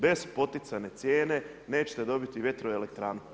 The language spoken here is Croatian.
Bez poticajne cijene nećete dobiti vjetroelektranu.